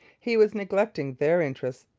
he was neglecting their interests,